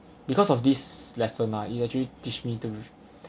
because of this lesson lah it actually teach me to